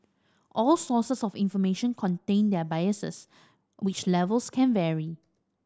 all sources of information contain their biases which levels can vary